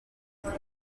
buntu